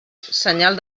senyal